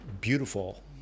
beautiful